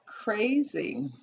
crazy